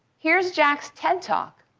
here's jack ted talk.